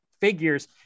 figures